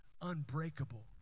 unbreakable